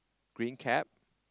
green cap